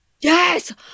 Yes